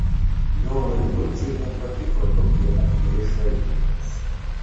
jonui grucei nepatiko tokie atviri šaipymaisi